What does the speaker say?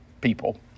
people